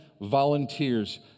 volunteers